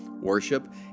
worship